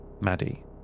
Maddie